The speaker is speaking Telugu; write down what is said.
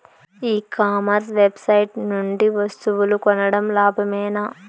ఈ కామర్స్ వెబ్సైట్ నుండి వస్తువులు కొనడం లాభమేనా?